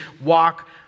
walk